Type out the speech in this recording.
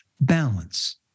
balance